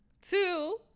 Two